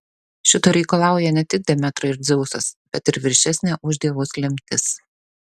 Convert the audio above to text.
šito reikalauja ne tik demetra ir dzeusas bet ir viršesnė už dievus lemtis